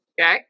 Okay